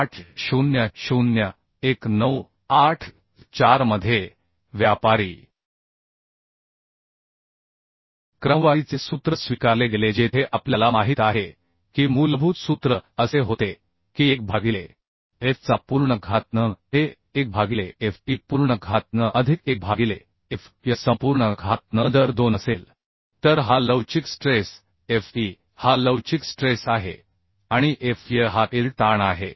800 1984 मध्ये व्यापारी क्रमवारीचे सूत्र स्वीकारले गेले जेथे आपल्याला माहित आहे की मूलभूत सूत्र असे होते की 1 भागिले f चा पूर्ण घात n हे 1 भागिले f e पूर्ण घात n अधिक 1 भागिले f y संपूर्ण घात n जर दोन असेल तर हा लवचिक स्ट्रेस f e हा लवचिक स्ट्रेस आहे आणि f y हा ईल्ड ताण आहे